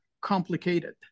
complicated